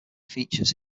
features